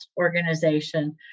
organization